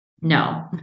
No